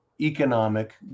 economic